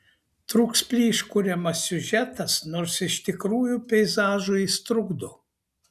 trūks plyš kuriamas siužetas nors iš tikrųjų peizažui jis trukdo